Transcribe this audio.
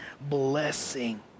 blessing